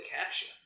caption